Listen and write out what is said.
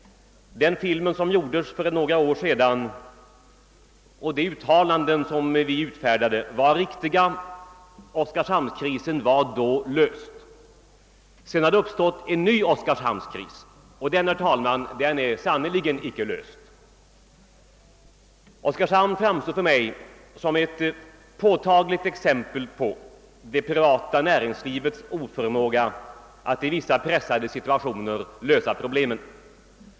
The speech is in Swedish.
Den film som inspelades för några år sedan och de uttalanden som då gjordes var riktiga. Oskarshamnskrisen var då löst. Sedan har det uppstått en ny kris, och den är, herr talman, sannerligen inte löst. Oskarshamnskrisen framstår för mig som ett påtagligt exempel på vissa privata företagares oförmåga att i pressade situationer klara det hela.